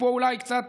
ופה אולי קצת